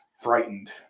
frightened